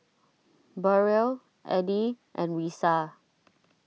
Burrell Eddy and Risa